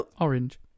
Orange